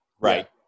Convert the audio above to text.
Right